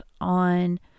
on